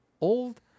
old